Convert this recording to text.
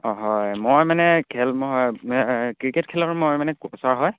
অঁ হয় মই মানে খেল মই ক্ৰিকেট খেলৰ মই মানে কচাৰ হয়